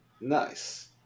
Nice